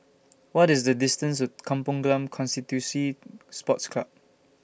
What IS The distance to Kampong Glam Constituency Sports Club